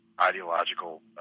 ideological